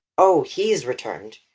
o! he is returned,